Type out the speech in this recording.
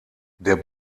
der